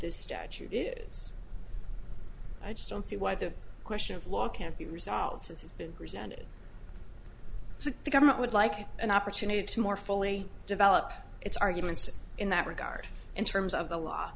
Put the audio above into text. this statute is i just don't see why the question of law can't be resolved as has been presented so the government would like an opportunity to more fully develop its arguments in that regard in terms of the law